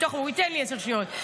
הוא ייתן לי עשר שניות,